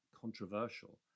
controversial